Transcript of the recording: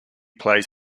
plays